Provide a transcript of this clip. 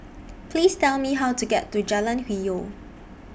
Please Tell Me How to get to Jalan Hwi Yoh